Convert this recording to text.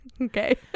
Okay